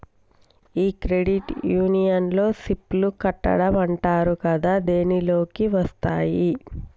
ఈ క్రెడిట్ యూనియన్లో సిప్ లు కట్టడం అంటారు కదా దీనిలోకి వత్తాయి